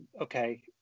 Okay